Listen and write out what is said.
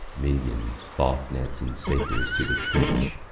minions, falc'nets, and sakers, to the trench,